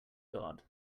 god